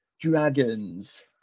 dragons